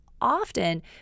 often